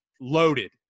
loaded